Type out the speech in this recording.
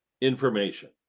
information